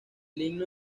himno